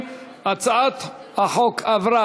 את הצעת חוק הסדרים במשק המדינה (תיקוני חקיקה)